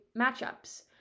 matchups